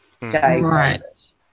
diagnosis